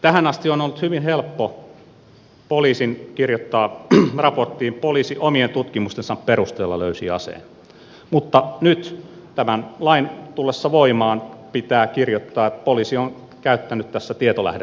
tähän asti on ollut hyvin helppo poliisin kirjoittaa raporttiin poliisi omien tutkimustensa perusteella löysi aseen mutta nyt tämän lain tullessa voimaan pitää kirjoittaa että poliisi on käyttänyt tässä tietolähdetoimintaa